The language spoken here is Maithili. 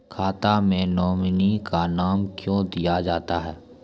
खाता मे नोमिनी का नाम क्यो दिया जाता हैं?